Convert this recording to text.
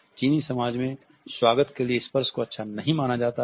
चीनी समाज में स्वागत के लिए स्पर्श को अच्छा नहीं माना जाता है